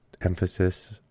emphasis